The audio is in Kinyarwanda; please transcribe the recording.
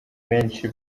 benshi